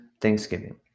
Thanksgiving